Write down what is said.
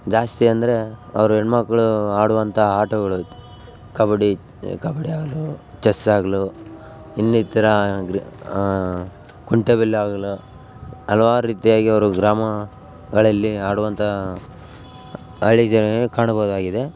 ಜಾಸ್ತಿ ಅಂದರೆ ಅವರು ಹೆಣ್ಣುಮಕ್ಕಳು ಆಡುವಂಥ ಆಟಗಳು ಕಬಡ್ಡಿ ಕಬಡ್ಡಿ ಆಗ್ಲಿ ಚೆಸ್ ಆಗ್ಲಿ ಇನ್ನಿತರ ಗ್ರಿ ಕುಂಟೆಬಿಲ್ಲೆ ಆಗ್ಲಿ ಹಲ್ವಾರು ರೀತಿಯಾಗಿ ಅವರು ಗ್ರಾಮಗಳಲ್ಲಿ ಆಡುವಂಥಾ ಹಳ್ಳಿ ಜನ ಕಾಣಬಹುದಾಗಿದೆ